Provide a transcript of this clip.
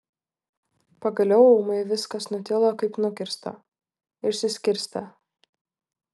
pagaliau ūmai viskas nutilo kaip nukirsta išsiskirstė